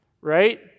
right